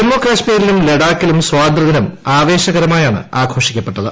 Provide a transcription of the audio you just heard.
ജമ്മുകശ്മീരിലും ലഡാക്കിലും സ്വാതന്ത്ര്യദിനം ആവേശകരമായാണ് ആഘോഷിക്കപ്പെട്ടത്